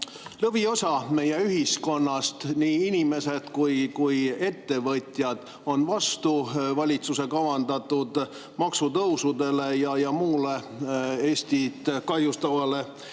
Lõviosa meie ühiskonnast, nii inimesed kui ka ettevõtjad, on vastu valitsuse kavandatud maksutõusudele ja muule Eestit kahjustavale